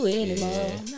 anymore